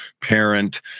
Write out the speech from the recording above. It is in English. parent